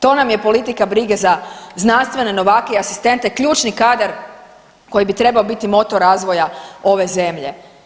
To nam je politika igre za znanstvene novake i asistente, ključni kadar koji bi trebao biti motor razvoja ove zemlje.